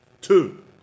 Two